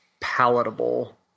palatable